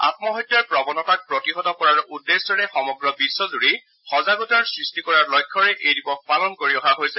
আম্মহত্যাৰ প্ৰৱণতাক প্ৰতিহত কৰাৰ উদ্দেশ্যৰে সমগ্ৰ বিধ্বজুৰি সজাগতাৰ সৃষ্টি কৰাৰ লক্ষ্যৰে এই দিৱস পালন কৰি অহা হৈছে